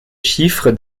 chiffre